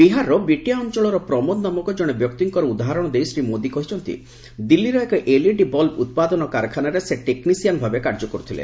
ବିହାରର ବିଟିଆ ଅଞ୍ଚଳର ପ୍ରମୋଦ ନାମକ ଜଣେ ବ୍ୟକ୍ତିଙ୍କର ଉଦାହରଣ ଦେଇ ଶ୍ରୀ ମୋଦୀ କହିଚ୍ଚନ୍ତି ଦିଲ୍ଲୀର ଏକ ଏଲ୍ଇଡି ବଲ୍ବ ଉତ୍ପାଦନ କାରଖାନରେ ସେ ଟେକ୍ସିସିଆନ ଭାବେ କାର୍ଯ୍ୟ କରୁଥିଲେ